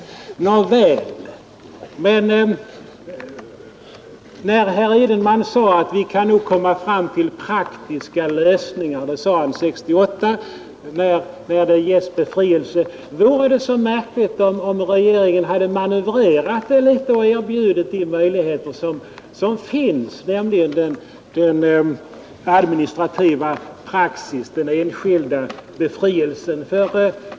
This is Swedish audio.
Nåväl, men eftersom herr Edenman sade år 1968 att vi kan komma fram till praktiska lösningar när det ges sådan befrielse, vore det då märkligt om regeringen hade manövrerat med de möjligheter som finns och med administrativ praxis, som avser enskild befrielse?